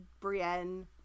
Brienne